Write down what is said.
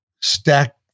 stack